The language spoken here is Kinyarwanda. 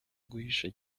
guhisha